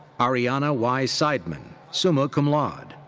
ariana y. seidman, summa cum laude.